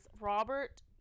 Robert